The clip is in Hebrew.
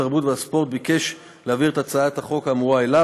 התרבות והספורט ביקש להעביר את הצעת החוק האמורה אליו.